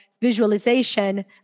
visualization